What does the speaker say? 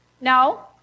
No